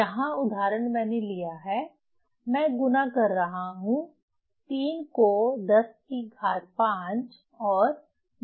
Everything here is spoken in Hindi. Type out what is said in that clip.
यहाँ उदाहरण मैंने लिया है मैं गुणा कर रहा हूँ 3 को 10 की घात 5 और 01 से